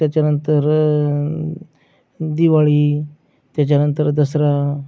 त्याच्यानंतर दिवाळी त्याच्यानंतर दसरा